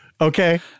Okay